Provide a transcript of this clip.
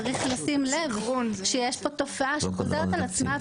צריך לשים לב שיש פה תופעה שחוזרת על עצמה.